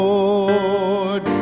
Lord